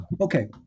okay